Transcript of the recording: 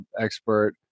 expert